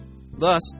Thus